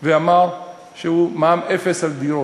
ואמר שהוא, מע"מ אפס על דירות.